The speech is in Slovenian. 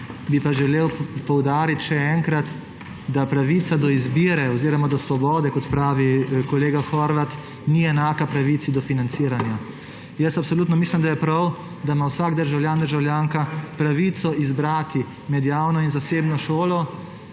bi pa poudariti še enkrat, da pravica do izbire oziroma do svobode, kot pravi kolega Horvat, ni enaka pravici do financiranja. Absolutno mislim, da je prav, da ima vsak državljan, državljanka pravico izbrati med javno in zasebno šolo.